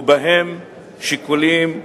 ובהם שיקולים פוליטיים.